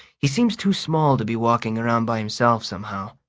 he seems too small to be walking around by himself, somehow.